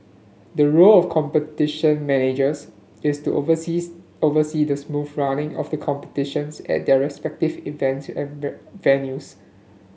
the role of the Competition Managers is to oversees oversee the smooth running of the competitions at their respective event venues